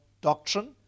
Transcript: doctrine